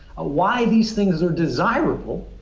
ah why these things are desirable